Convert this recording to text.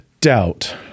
doubt